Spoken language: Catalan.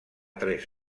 tres